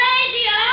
Radio